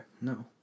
No